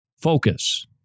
focus